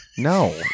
No